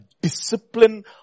discipline